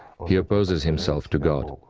he opposes himself to god.